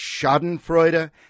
schadenfreude